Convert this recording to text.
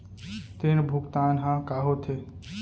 ऋण भुगतान ह का होथे?